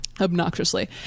obnoxiously